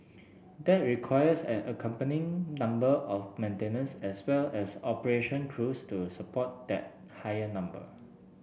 that requires an accompanying number of maintenance as well as operation crews to support that higher number